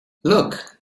look